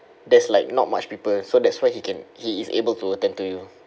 there's like not much people so that's why he can he is able to attend to you